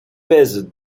pèse